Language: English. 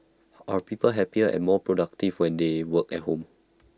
are people happier and more productive when they work at home